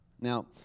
Now